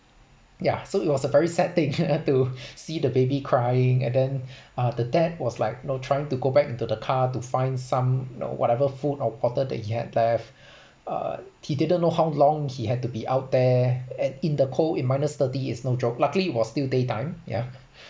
ya so it was a very sad thing to see the baby crying and then uh the dad was like you know trying to go back into the car to find some you know whatever food or bottle that he had left uh he didn't know how long he had to be out there and in the cold in minus thirty it's no joke luckily it was still daytime yeah